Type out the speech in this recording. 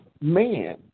man